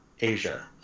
Asia